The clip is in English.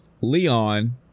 Leon